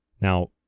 Now